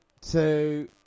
two